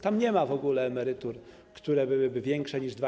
Tam nie ma w ogóle emerytur, które byłyby większe niż 2,5